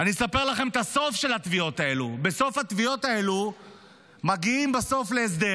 אני אספר לכם את הסוף של התביעות האלה: בסוף התביעות האלה מגיעים להסדר,